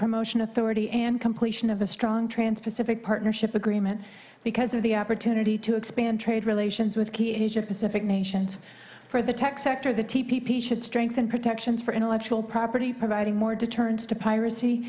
promotion authority and completion of a strong trans pacific partnership agreement because of the opportunity to expand trade relations with key asia pacific nations for the tech sector the t p p should strengthen protections for intellectual property providing more deterrence to piracy